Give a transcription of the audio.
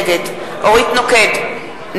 נגד אורית נוקד,